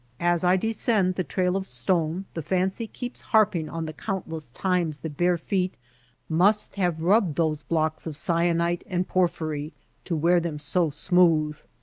as i descend the trail of stone the fancy keeps harping on the countless times the bare feet must have rubbed those blocks of syenite and porphyry to wear them so smooth.